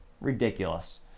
ridiculous